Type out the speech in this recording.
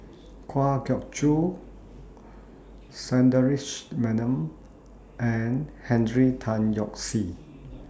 Kwa Geok Choo Sundaresh Menon and Henry Tan Yoke See